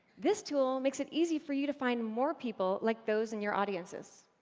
this tool makes it easier for you to find more people, like those in your audiences.